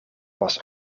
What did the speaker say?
was